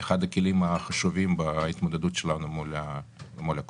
אחד הכלים החשובים בהתמודדות שלנו מול הקורונה.